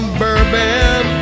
bourbon